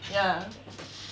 ya